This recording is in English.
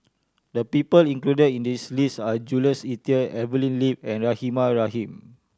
the people included in this list are Jules Itier Evelyn Lip and Rahimah Rahim